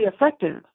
effective